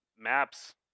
maps